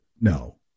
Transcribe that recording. No